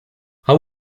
how